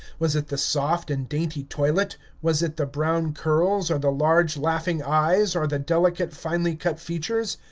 was it the soft and dainty toilet, was it the brown curls, or the large laughing eyes, or the delicate, finely cut features,